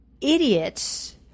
idiots